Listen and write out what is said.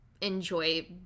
enjoy